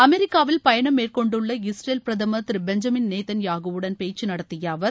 அமெரிக்காவில் பயணம் மேற்கொண்டுள்ள இஸ்ரேல் பிரதமர் திரு பெஞ்ஜமின் நேத்தன்யாகூவுடன் பேச்க நடத்திய அவர்